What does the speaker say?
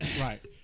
Right